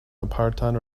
apartan